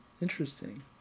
Interesting